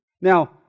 Now